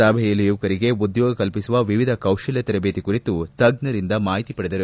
ಸಭೆಯಲ್ಲಿ ಯುವಕರಿಗೆ ಉದ್ಯೋಗ ಕಲ್ಪಿಸುವ ವಿವಿಧ ಕೌಶಲ್ಯ ತರಬೇತಿ ಕುರಿತು ತಜ್ಜರಿಂದ ಮಾಹಿತಿ ಪಡೆದರು